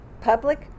public